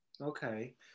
Okay